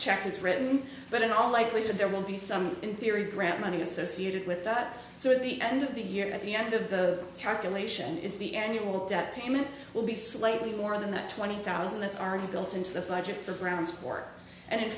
check is written but in all likelihood there will be some inferior grant money associated with that so at the end of the year at the end of the calculation is the annual debt payment will be slightly more than the twenty thousand that are built into the budget for ground support and in